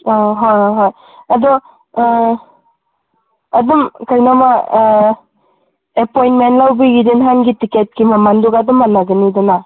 ꯑꯥ ꯍꯣꯏ ꯍꯣꯏ ꯍꯣꯏ ꯑꯗꯨ ꯑꯗꯨꯝ ꯀꯩꯅꯣꯃ ꯑꯦꯄꯣꯏꯟꯃꯦꯟ ꯂꯧꯕꯒꯤꯗꯣ ꯅꯍꯥꯟꯒꯤ ꯇꯤꯛꯀꯦꯠꯀꯤ ꯃꯃꯟꯗꯨꯒ ꯑꯗꯨꯝ ꯃꯥꯟꯅꯒꯅꯤꯗꯅ